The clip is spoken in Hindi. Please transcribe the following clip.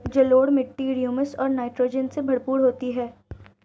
जलोढ़ मिट्टी हृयूमस और नाइट्रोजन से भरपूर होती है